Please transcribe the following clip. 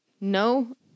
no